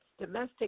domestic